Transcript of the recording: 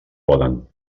poden